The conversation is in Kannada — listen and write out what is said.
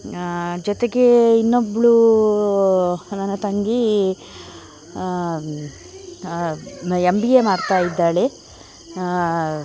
ಜೊತೆಗೆ ಇನ್ನೊಬ್ಬಳು ನನ್ನ ತಂಗಿ ಎಂ ಬಿ ಎ ಮಾಡ್ತಾ ಇದ್ದಾಳೆ